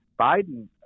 Biden